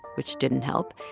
which didn't help,